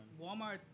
Walmart